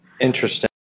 Interesting